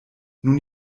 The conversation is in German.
nun